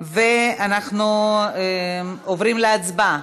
ואנחנו עוברים להצבעה,